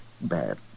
Bad